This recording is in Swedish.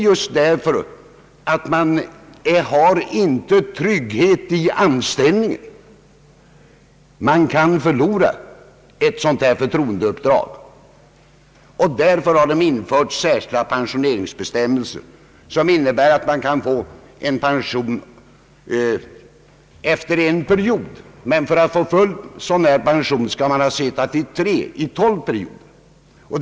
Jo, därför att man inte har någon trygghet i anställningen. Man kan förlora ett förtroendeuppdrag. Därför har särskilda pensioneringsbestämmelser införts som innebär att man kan få pension efter en period, men för att få full pension skall man ha innehaft uppdraget i tre perioder, tolv år.